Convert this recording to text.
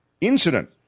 incident